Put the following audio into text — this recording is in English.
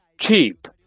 cheap